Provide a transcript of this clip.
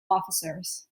officers